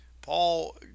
Paul